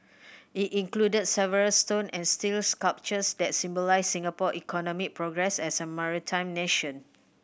it includes several stone and steel sculptures that symbolise Singapore economic progress as a maritime nation